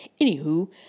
Anywho